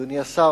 אדוני השר,